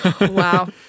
Wow